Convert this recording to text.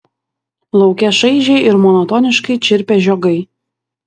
lauke šaižiai ir monotoniškai čirpė žiogai